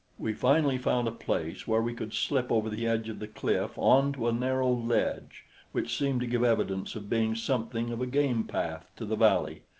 we finally found a place where we could slip over the edge of the cliff onto a narrow ledge which seemed to give evidence of being something of a game-path to the valley,